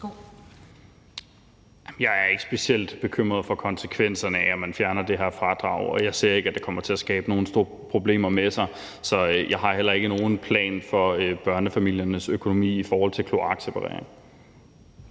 Jeg er ikke specielt bekymret for konsekvenserne af, at man fjerner det her fradrag, og jeg ser ikke, at det kommer til at skabe nogen store problemer. Så jeg har heller ikke nogen plan for børnefamiliernes økonomi i forbindelse med kloakseparering.